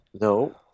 No